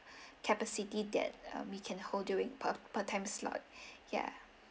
capacity that um we can hold during per per time slot yeah